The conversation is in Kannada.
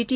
ಟಿ